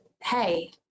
hey